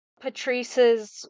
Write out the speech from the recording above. Patrice's